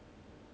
I would say